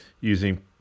using